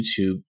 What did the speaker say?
YouTube